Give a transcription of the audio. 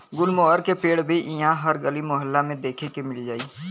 गुलमोहर के पेड़ भी इहा हर गली मोहल्ला में देखे के मिल जाई